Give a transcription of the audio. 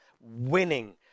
winning